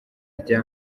rya